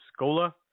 Scola